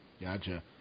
gotcha